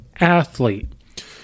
athlete